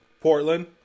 portland